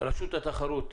רשות התחרות,